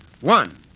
One